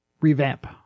revamp